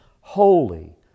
holy